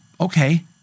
Okay